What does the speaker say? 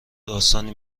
داستانی